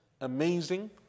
amazing